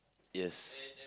yes